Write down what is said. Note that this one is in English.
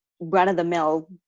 run-of-the-mill